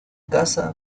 casa